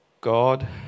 God